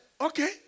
okay